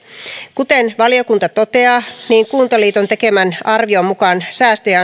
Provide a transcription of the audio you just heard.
kuten valiokunta toteaa kuntaliiton tekemän arvion mukaan säästöjä